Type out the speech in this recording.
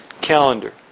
calendar